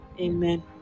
Amen